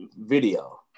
video